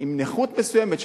עם נכות מסוימת,